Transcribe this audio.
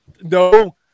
No